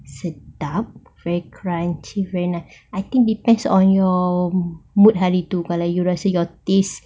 sedap very crunchy very nice I think it depends on your mood hari tu kalau you rasa your taste